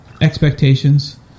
expectations